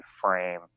frame